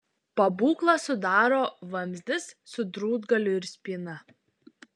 pabūklą sudaro vamzdis su drūtgaliu ir spyna